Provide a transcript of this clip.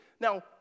Now